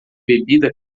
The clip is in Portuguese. bebida